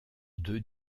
deux